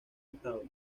estado